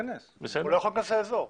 הוא לא יכול להיכנס לאזור,